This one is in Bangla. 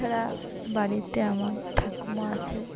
এছাড়া বাড়িতে আমার ঠাকুরমা আছে